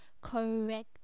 correct